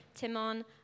Timon